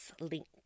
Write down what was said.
link